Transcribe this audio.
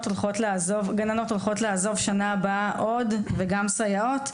הולכות לעזוב שנה הבאה עוד וגם סייעות,